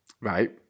Right